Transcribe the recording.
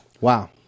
wow